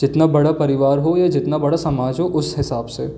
जितना बड़ा परिवार हो या जितना बड़ा समाज हो उस हिसाब से